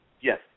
Yes